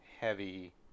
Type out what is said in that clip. heavy